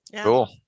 Cool